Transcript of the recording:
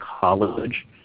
college